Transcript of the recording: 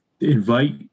invite